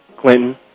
Clinton